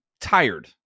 tired